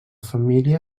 família